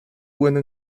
bueno